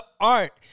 art